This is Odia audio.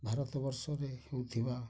ଭାରତ ବର୍ଷରେ ହେଉଥିବା